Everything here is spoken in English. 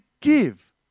give